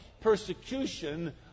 persecution